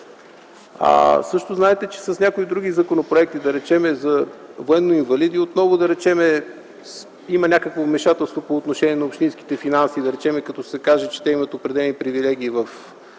Знаете, че с някои други законопроекти – например за военноинвалидите, отново има някакво вмешателство по отношение на общинските финанси. Например, ако се каже, че те имат определени привилегии в